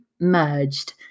merged